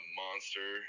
monster